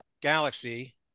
galaxy